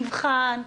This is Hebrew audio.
נבחן.